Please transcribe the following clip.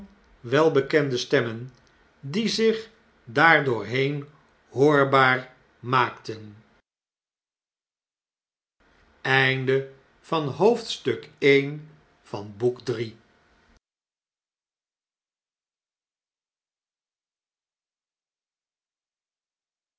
van welbekende stemmen die zich daar doorheen hoorbaar maakten